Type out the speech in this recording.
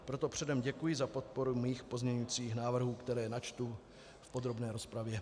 Proto předem děkuji za podporu mých pozměňujících návrhů, které načtu v podrobné rozpravě.